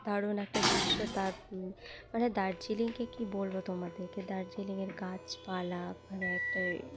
দারুণ একটা দৃশ্য তার মানে দার্জিলিংকে কী বলবো তোমাদেরকে দার্জিলিংয়ের গাছপালা মানে একটা